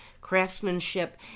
Craftsmanship